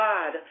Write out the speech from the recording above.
God